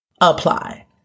apply